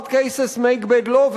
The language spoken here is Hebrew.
hard cases make bad law,